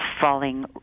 falling